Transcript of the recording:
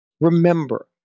remember